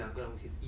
mm